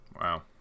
Wow